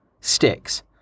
sticks